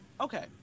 okay